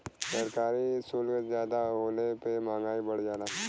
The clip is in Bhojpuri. सरकारी सुल्क जादा होले पे मंहगाई बढ़ जाला